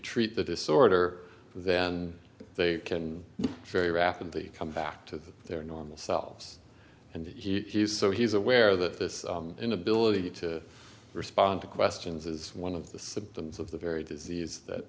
treat the disorder then they can very rapid the come back to their normal selves and he's so he's aware that this inability to respond to questions is one of the symptoms of the very disease that